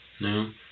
no